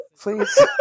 please